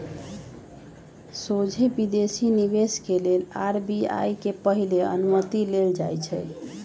सोझे विदेशी निवेश के लेल आर.बी.आई से पहिले अनुमति लेल जाइ छइ